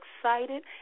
excited